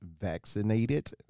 vaccinated